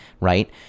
right